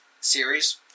series